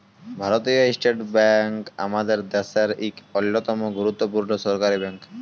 ভারতীয় state bank আমাদের দ্যাশের ইক অল্যতম গুরুত্তপুর্ল সরকারি ব্যাংক